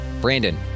Brandon